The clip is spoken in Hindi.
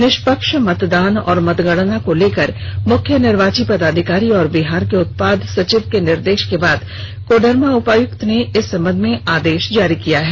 निष्पक्ष मतदान और मतगणना को लेकर मुख्य निर्वाची पदाधिकारी तथा बिहार के उत्पाद संचिव के निर्देश के बाद कोडरमा उपायुक्त ने इस संबंध में आदेश जारी किया है